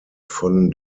von